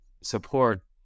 support